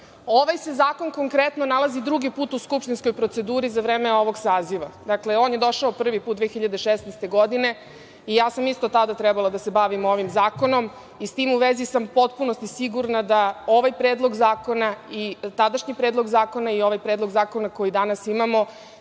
se zakon konkretno nalazi drugi put u skupštinskoj proceduri za vreme ovog saziva. On je došao prvi put 2016. godine i ja sam isto tada trebala da se bavim ovim zakonom. S tim u vezi sam potpuno sigurna da ovaj predlog zakona i tadašnji predlog zakona i ovaj predlog zakona koji danas imamo